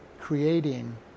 creating